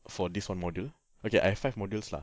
for this one module okay I've five modules lah